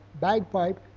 bagpipe